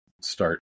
start